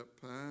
past